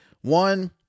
One